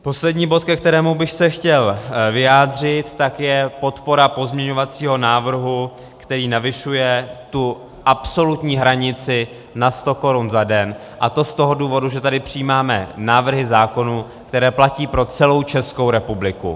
Poslední bod, ke kterému bych se chtěl vyjádřit, je podpora pozměňovacího návrhu, který navyšuje tu absolutní hranici na 100 korun za den, a to z toho důvodu, že tady přijímáme návrhy zákonů, které platí pro celou Českou republiku.